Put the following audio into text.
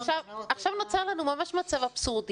עכשיו נוצר לנו מצב ממש אבסורדי,